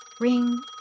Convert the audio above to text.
Ring